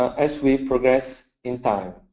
as we progress in time.